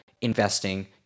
investing